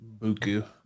Buku